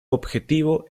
objetivo